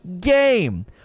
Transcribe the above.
game